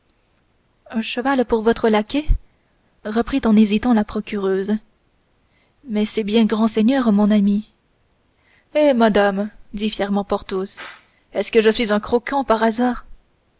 un cheval pour votre laquais reprit en hésitant la procureuse mais c'est bien grand seigneur mon ami eh madame dit fièrement porthos est-ce que je suis un croquant par hasard